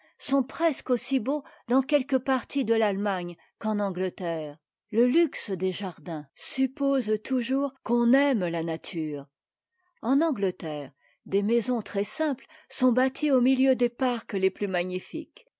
sont presque aussi beaux dans quelques parties de l'allemagne qu'en angleterre le luxe des jardins suppose toujours qu'on aime ta nature en angleterre des maisons très simptes sont bâties au milieu des parcs les plus magnifiques